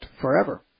forever